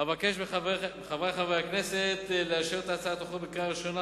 אבקש מחברי חברי הכנסת לאשר את הצעת החוק בקריאה ראשונה